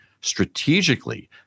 strategically